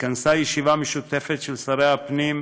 התכנסה ישיבה משותפת של שרי הפנים,